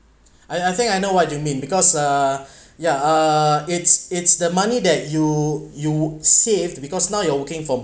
I I think I know what you mean because uh yeah uh it's it's the money that you you saved because now you're working from